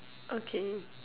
okay